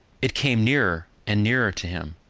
it came nearer and nearer to him,